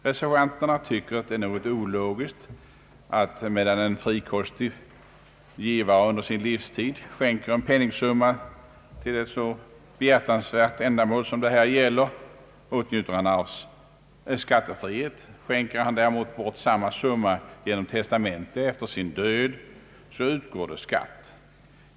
Reservanterna tycker att det är något ologiskt att en frikostig givare som under sin livstid skänker en penningsumma till så behjärtansvärda ändamål som det här gäller åtnjuter skattefrihet, under det att skatt skall utgå, om han skänker bort samma summa efter sin död genom testamente.